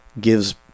gives